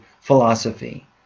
philosophy